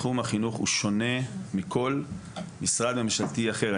תחום החינוך הוא שונה מכל משרד ממשלתי אחר.